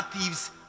thieves